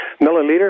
milliliter